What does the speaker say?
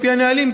על פי הנהלים,